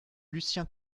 lucien